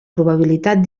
probabilitat